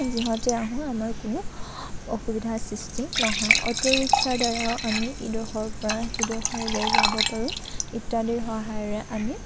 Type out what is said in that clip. যিহতেই আহোঁ আমাৰ কোনো অসুবিধাৰ সৃষ্টি নহয় অ'টোৰিক্সাৰ দ্বাৰাও আমি ইডোখৰৰ পৰা সিডোখৰলৈ যাব পাৰোঁ ইত্যাদিৰ সহায়েৰে আমি